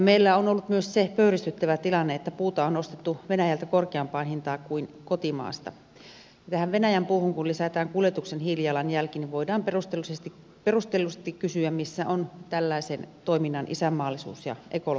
meillä on ollut myös se pöyristyttävä tilanne että puuta on ostettu venäjältä korkeampaan hintaan kuin kotimaasta ja tähän venäjän puuhun kun lisätään kuljetuksen hiilijalanjälki voidaan perustellusti kysyä missä on tällaisen toiminnan isänmaallisuus ja ekologisuus